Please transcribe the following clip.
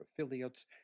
Affiliates